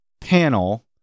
panel